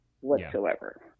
whatsoever